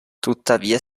tuttavia